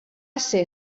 ser